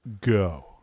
go